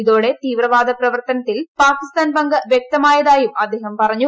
ഇതോടെ തീവ്രവാദ പ്രവർത്തനത്തിൽ പാകിസ്ഥാൻ പങ്ക് വ്യക്തമായതായും അദ്ദേഹം പറഞ്ഞു